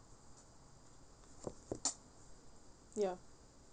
ya